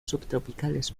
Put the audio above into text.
subtropicales